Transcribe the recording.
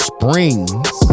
Springs